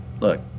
look